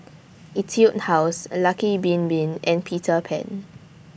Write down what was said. Etude House Lucky Bin Bin and Peter Pan